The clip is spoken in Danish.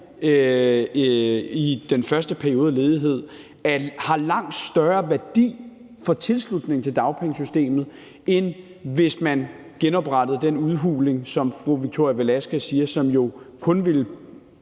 i den første periode af ledighed, har langt større værdi for tilslutningen til dagpengesystemet, end hvis man genoprettede den udhuling, som fru Victoria Velasquez taler om, som jo kun,